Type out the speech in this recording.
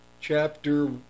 chapter